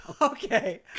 Okay